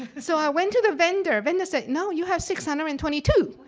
so i went to the vendor, vendor says no, you have six hundred and twenty two.